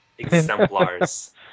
Exemplars